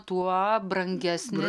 tuo brangesnis